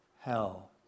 hell